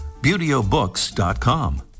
Beautyobooks.com